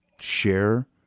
share